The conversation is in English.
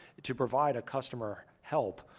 ah, to provide a customer help,